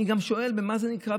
אני גם שואל: במה זה נקרא,